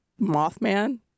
Mothman